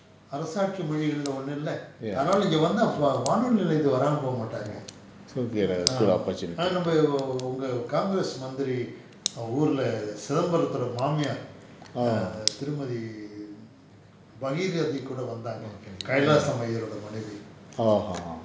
ya so it will be a good opportunity orh orh orh orh